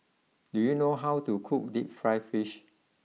do you know how to cook deep Fried Fish